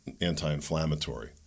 anti-inflammatory